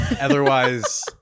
Otherwise